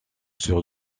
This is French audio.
sur